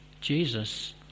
Jesus